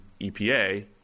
EPA